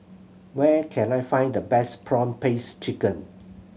where can I find the best prawn paste chicken